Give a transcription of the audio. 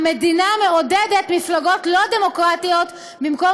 המדינה מעודדת מפלגות לא דמוקרטיות במקום